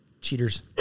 Cheaters